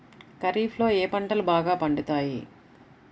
ఖరీఫ్లో ఏ పంటలు బాగా పండుతాయి?